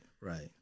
right